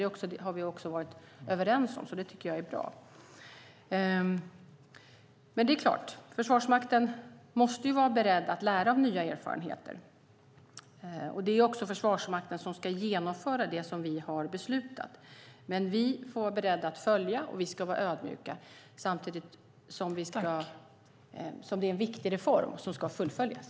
Det har vi också varit överens om, och det tycker jag är bra. Försvarsmakten måste vara beredd att lära av nya erfarenheter. Det är också Försvarsmakten som ska genomföra det som vi har beslutat. Vi får vara beredda att följa, och vi ska vara ödmjuka. Samtidigt är det en viktig reform som ska fullföljas.